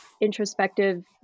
introspective